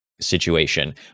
situation